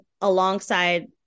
alongside